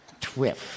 twiff